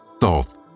Thoth